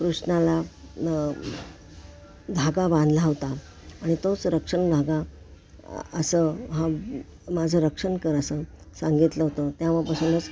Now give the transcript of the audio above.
कृष्णाला धागा बांधला होता आणि तोच रक्षण धागा असं हा माझं रक्षण कर असं सांगितलं होतं त्यावेळपासूनच